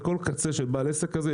בכל קצה של בעל עסק כזה,